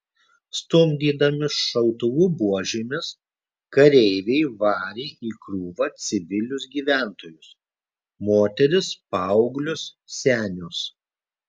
stumdydami šautuvų buožėmis kareiviai varė į krūvą civilius gyventojus moteris paauglius senius